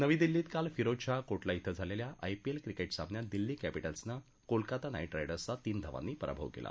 नवी दिल्लीत काल फिरोजशहा कोटला िभे झालेल्या आयपीएल क्रिकेट सामन्यात दिल्ली कॅपिटल्सनं कोलकाता नाईट रायडर्सचा तीन धावांनी पराभव केला